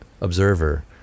observer